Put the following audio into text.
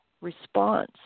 response